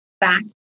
back